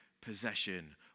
possession